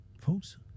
Folks